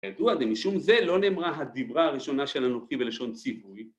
‫כידוע, ומשום זה לא נאמרה ‫הדיברה הראשונה של אלוקים בלשון ציווי.